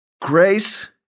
grace